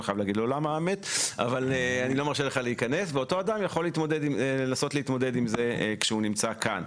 חייב לומר לו למה ואותו אדם יכול לנסות להתמודד עם זה כשהוא נמצא כאן.